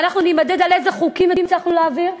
ואנחנו נימדד על איזה חוקים הצלחנו להעביר,